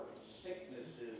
sicknesses